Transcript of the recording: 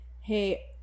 hey